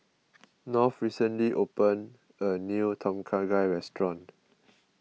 North recently opened a new Tom Kha Gai restaurant